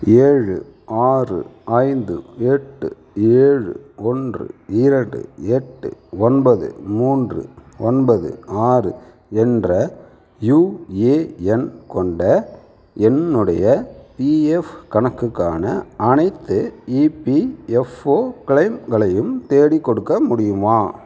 ஏழு ஆறு ஐந்து எட்டு ஏழு ஒன்று இரண்டு எட்டு ஒன்பது மூன்று ஒன்பது ஆறு என்ற யுஏஎன் கொண்ட என்னுடைய பிஎஃப் கணக்குக்கான அனைத்து இபிஎஃப்ஓ கிளெய்ம்களையும் தேடிக்கொடுக்க முடியுமா